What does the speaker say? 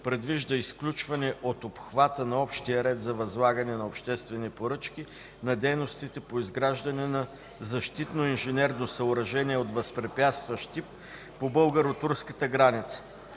предвижда изключване от обхвата на общия ред за възлагане на обществени поръчки на дейностите по изграждане на защитно инженерно съоръжение от възпрепятстващ тип по българо-турската граница.